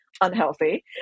unhealthy